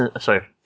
sorry